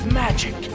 magic